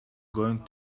going